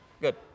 Good